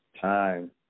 Time